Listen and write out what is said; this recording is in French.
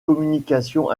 communication